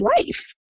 life